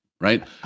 Right